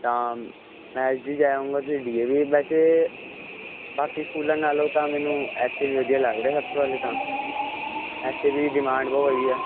ਤਾਂ ਮੈਂ S D ਜਾ ਆਉਂਗਾ ਤੁਸੀਂ ਡੀ ਏ ਵੀ ਵੈਸੇ ਬਾਕੀ ਸਕੂਲਾਂ ਨਾਲੋਂ ਤਾਂ ਮੈਨੂੰ ਐਸ ਡੀ ਵੀ ਵਧੀਆ ਲੱਗ ਰਿਹਾ ਸਭ ਤੋਂ ਪਹਿਲੇ ਤਾਂ ਐਸ ਡੀ ਦੀ ਡਿਮਾਂਡ ਬਹੁਤ ਵਧੀ ਆ